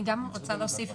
אני גם רוצה להוסיף.